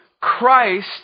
Christ